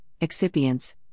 excipients